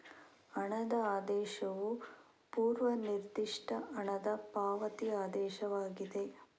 ಹಣದ ಆದೇಶವು ಪೂರ್ವ ನಿರ್ದಿಷ್ಟ ಹಣದ ಪಾವತಿ ಆದೇಶವಾಗಿದೆ